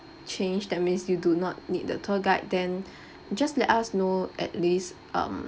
change that means you do not need the tour guide then just let us know at least um